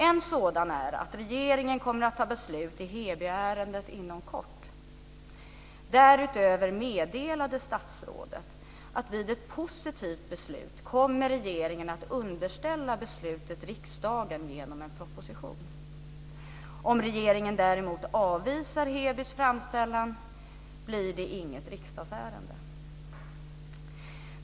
En sådan är att regeringen kommer att fatta beslut i Hebyärendet inom kort. Därutöver meddelade statsrådet att vid ett positivt beslut kommer regeringen att underställa riksdagen beslutet genom en proposition. Om regeringen däremot avvisar Hebys framställan blir det inget riksdagsärende.